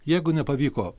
jeigu nepavyko